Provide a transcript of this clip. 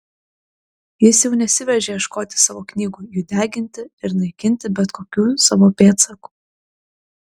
jis jau nesiveržė ieškoti savo knygų jų deginti ir naikinti bet kokių savo pėdsakų